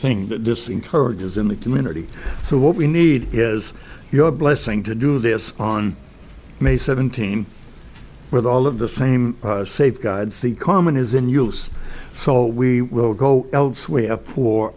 thing that just encourages in the community so what we need is your blessing to do this on may seventeenth with all of the same safeguards the common is in us so we will go elsewhere for